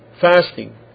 fasting